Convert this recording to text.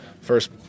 first